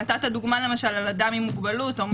הבאת דוגמה למשל על אדם עם מוגבלות.